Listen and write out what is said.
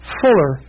fuller